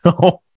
No